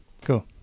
Cool